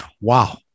Wow